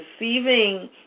receiving